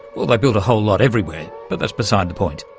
well, they built a whole lot everywhere, but that's beside the point.